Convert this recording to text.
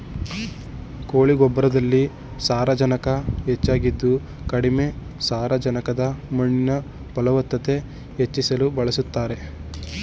ಕೋಳಿ ಗೊಬ್ಬರದಲ್ಲಿ ಸಾರಜನಕ ಹೆಚ್ಚಾಗಿದ್ದು ಕಡಿಮೆ ಸಾರಜನಕದ ಮಣ್ಣಿನ ಫಲವತ್ತತೆ ಹೆಚ್ಚಿಸಲು ಬಳಸ್ತಾರೆ